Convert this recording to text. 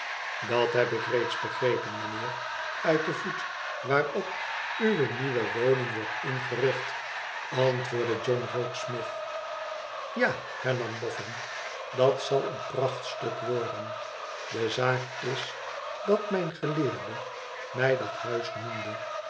dat heb ik reeds begrepen mijnheer uit den voet waarop uwe nieuwe woning wordt ingericht antwoordde john rokesmith ja hernam bofln tdat zal een prachtstuk worden de zaak is dat mijn geleerde mij dat huis noemde